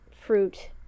fruit